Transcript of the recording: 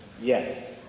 Yes